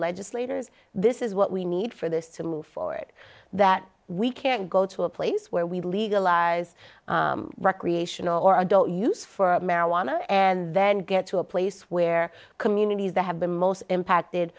legislators this is what we need for this to move forward that we can't go to a place where we legalize recreational or adult use for marijuana and then get to a place where communities that have the most impacted